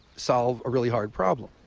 solve a really hard problem,